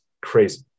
Crazy